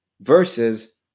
versus